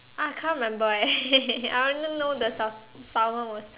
ah I can't remember eh I only know the sal~ Salmon was